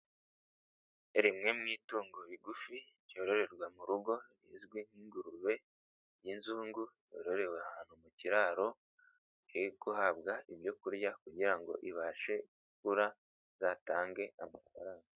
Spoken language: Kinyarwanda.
Rimwe mu itungo rigufi ryororerwa mu rugo rizwi nk'ingurube y'inzungu ,yororewe ahantu mu kiraro ,iri guhabwa ibyo kurya kugira ngo ibashe gukura izatange amafaranga.